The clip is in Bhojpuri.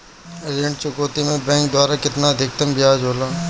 ऋण चुकौती में बैंक द्वारा केतना अधीक्तम ब्याज होला?